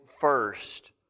first